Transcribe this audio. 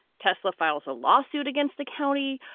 tesla files a lawsuit against the county.